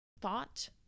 thought